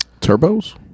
Turbos